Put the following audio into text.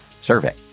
survey